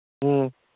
ꯎꯝ